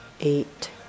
eight